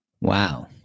Wow